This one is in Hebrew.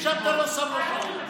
ושם אתה לא שם לו שעון.